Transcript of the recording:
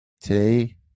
Today